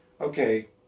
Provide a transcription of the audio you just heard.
okay